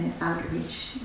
outreach